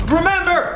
Remember